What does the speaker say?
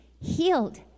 healed